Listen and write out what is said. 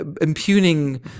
impugning